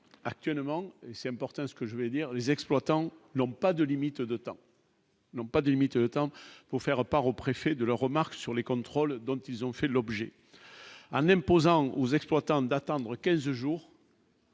actuellement et c'est important ce que je veux dire les exploitants n'ont pas de limite de temps. Non pas de limites tant pour faire part au préfet de leurs remarques sur les contrôles dont ils ont fait l'objet, en imposant aux exploitants d'attendre 15 jours.